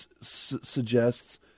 suggests